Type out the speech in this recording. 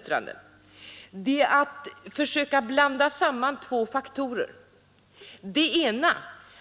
Utbildningsministern har här blandat samman två faktorer: